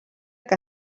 que